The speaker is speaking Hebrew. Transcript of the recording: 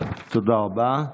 תודה רבה.